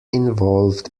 involved